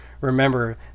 remember